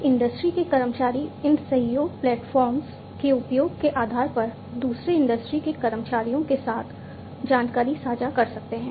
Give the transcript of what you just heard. एक इंडस्ट्री के कर्मचारी इन सहयोग प्लेटफॉर्मस के उपयोग के आधार पर दूसरे इंडस्ट्री के कर्मचारियों के साथ जानकारी साझा कर सकते हैं